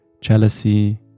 jealousy